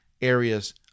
areas